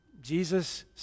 Jesus